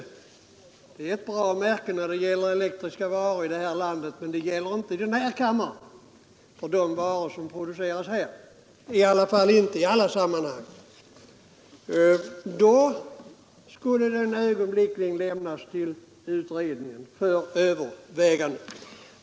S-märket är ett bra märke när det gäller elektriska artiklar i det här landet, men det gäller inte beträffande de varor som produceras här i kammaren — i varje fall inte i alla sammanhang.